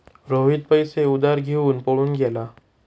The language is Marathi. रोहित पैसे उधार घेऊन पळून गेला